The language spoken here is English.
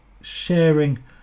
sharing